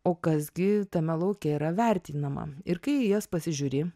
o kas gi tame lauke yra vertinama ir kai į jas pasižiūri